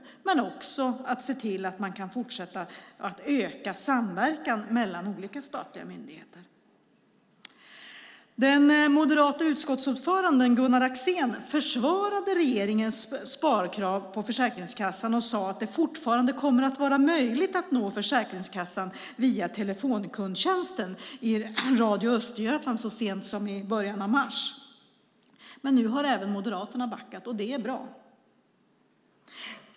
Men det handlar också om att se till att man kan fortsätta att öka samverkan mellan olika statliga myndigheter. Den moderata utskottsordföranden Gunnar Axén försvarade regeringens sparkrav på Försäkringskassan och sade att det fortfarande kommer att vara möjligt att nå Försäkringskassan via telefonkundtjänsten. Det gjorde han i Radio Östergötland så sent som i början av mars. Men nu har även Moderaterna backat, och det är bra.